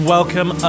Welcome